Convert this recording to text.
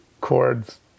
chords